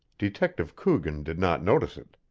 detective coogan did not notice it.